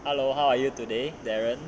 hello how are you today darren